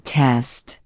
test